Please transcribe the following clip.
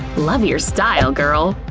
love your style, girl!